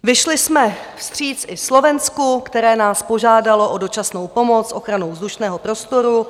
Vyšli jsme vstříc i Slovensku, které nás požádalo o dočasnou pomoc s ochranou vzdušného prostoru.